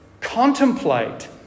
contemplate